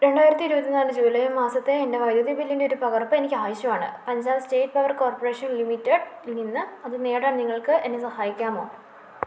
രണ്ടായിരത്തി ഇരുപത്തിനാല് ജൂലൈ മാസത്തെ എൻ്റെ വൈദ്യുതി ബില്ലിൻ്റെ ഒരു പകർപ്പ് എനിക്ക് ആവശ്യമാണ് പഞ്ചാബ് സ്റ്റേറ്റ് പവർ കോർപ്പറേഷൻ ലിമിറ്റഡിൽ നിന്ന് അത് നേടാൻ നിങ്ങൾക്കെന്നെ സഹായിക്കാമോ